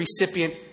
recipient